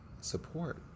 support